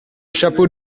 chapeau